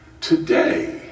Today